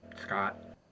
Scott